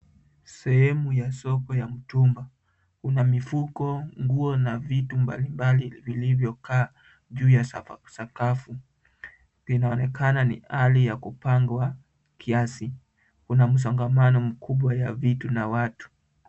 Sehemu ya soko ya mtumba. Kuna mifuko, nguo na vitu mbali mbali vilivyokaa juu ya sakafu. Vinaonekana ni hali ya kupangwa kiasi. Kuna msongamano mkubwa wa vitu na watu.